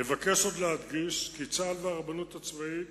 אבקש עוד להדגיש כי צה"ל והרבנות הצבאית